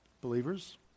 believers